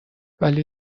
ولی